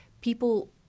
people –